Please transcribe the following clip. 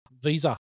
visa